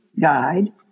Guide